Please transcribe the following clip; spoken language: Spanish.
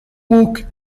puck